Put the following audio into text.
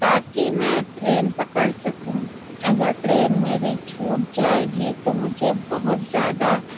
تاکہ میں ٹرین پکڑ سکوں اگر ٹرین میری چھوٹ جائے گی تو مجھے بہت زیادہ